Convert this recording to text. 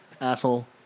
Asshole